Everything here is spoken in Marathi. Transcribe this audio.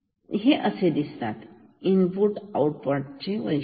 तर असे दिसतात इनपुट आऊटपुट वैशिष्ट्ये